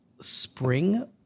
spring